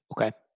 Okay